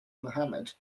muhammad